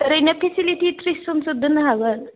ओरैनो फेसिलिटि त्रिसजनसो दोननो हागोन